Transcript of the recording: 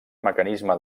mecanisme